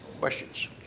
Questions